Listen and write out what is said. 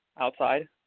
outside